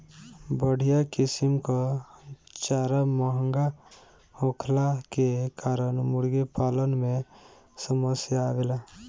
बढ़िया किसिम कअ चारा महंगा होखला के कारण मुर्गीपालन में समस्या आवेला